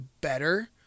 better